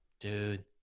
Dude